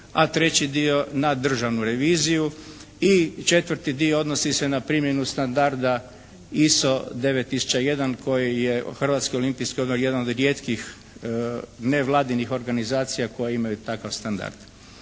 a treći dio na Državnu reviziju i četvrti dio odnosi se na primjenu standarda ISO 9001 koji je Hrvatski olimpijski odbor jedan od rijetkih nevladinih organizacija koje imaju takav standard.